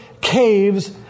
caves